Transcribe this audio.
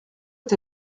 est